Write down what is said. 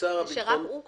שרק הוא קובע.